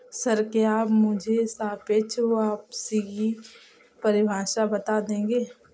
Sir, क्या आप मुझे सापेक्ष वापसी की परिभाषा बता देंगे?